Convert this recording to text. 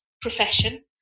profession